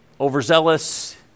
overzealous